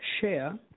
share